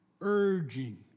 urging